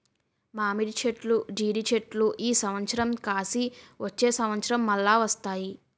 మామిడి చెట్లు జీడి చెట్లు ఈ సంవత్సరం కాసి వచ్చే సంవత్సరం మల్ల వస్తాయి